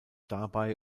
dabei